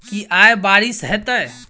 की आय बारिश हेतै?